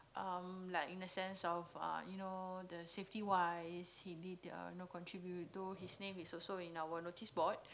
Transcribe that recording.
um like in a sense of uh you know the safety wise he did uh know contribute though his name is also in our noticeboard